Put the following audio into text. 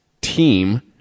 team